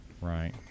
right